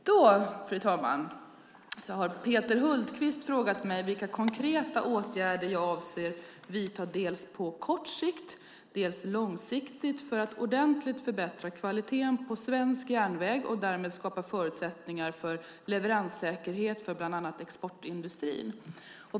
Fru talman! Peter Hultqvist har frågat mig vilka konkreta åtgärder jag avser att vidta dels på kort sikt, dels långsiktigt för att ordentligt förbättra kvaliteten på svensk järnväg och därmed skapa förutsättningar för leveranssäkerhet för bland annat exportindustrin.